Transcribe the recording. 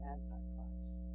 Antichrist